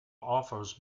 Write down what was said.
offers